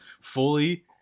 fully